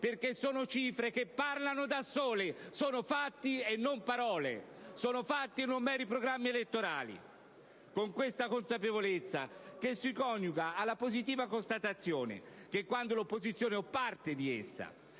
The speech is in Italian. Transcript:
perché parlano da sole! Sono fatti, e non parole; sono fatti, e non meri programmi elettorali! Con questa consapevolezza, che si coniuga alla positiva constatazione che quando l'opposizione o parte di essa